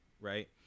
right